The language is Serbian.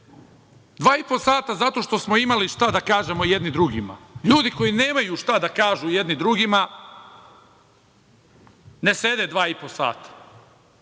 po sata zato što smo imali šta da kažemo jedni drugima, ljudi koji nemaju šta da kažu jedni drugima ne sede dva